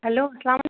hello اَلسلام